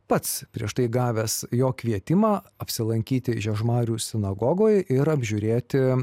pats prieš tai gavęs jo kvietimą apsilankyti žiežmarių sinagogoj ir apžiūrėti